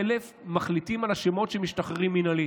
ומחליטים על השמות שמשתחררים מינהלית.